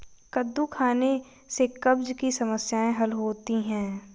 कद्दू खाने से कब्ज़ की समस्याए हल होती है